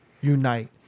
unite